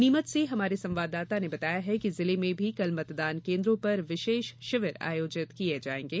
नीमच से हमारे संवाददाता ने बताया है कि जिले में भी कल मतदान केन्द्रों पर विशेष शिविर आयोजित किये जायेंगे